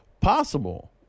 possible